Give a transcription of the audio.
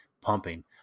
pumping